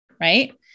right